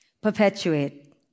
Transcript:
perpetuate